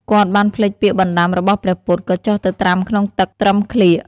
គាត់បានភ្លេចពាក្យបណ្ដាំរបស់ព្រះពុទ្ធ ក៏ចុះទៅត្រាំក្នុងទឹកត្រឹមក្លៀក។